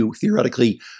theoretically